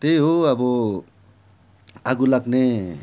त्यही हो अब आगो लाग्ने